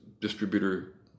distributor